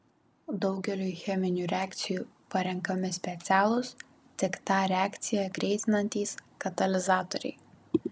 daugeliui cheminių reakcijų parenkami specialūs tik tą reakciją greitinantys katalizatoriai